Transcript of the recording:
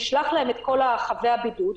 נשלח להם את כל חבי הבידוד,